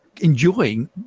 enjoying